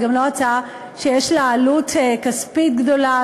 זו גם לא הצעה שיש לה עלות כספית גדולה.